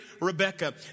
Rebecca